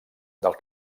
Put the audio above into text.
del